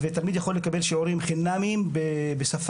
ותלמיד יכול לקבל שיעורים חינמיים בשפה,